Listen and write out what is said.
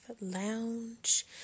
lounge